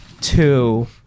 two